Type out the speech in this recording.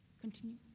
Continue